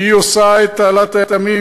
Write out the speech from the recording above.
היא עושה את תעלת הימים,